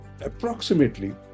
approximately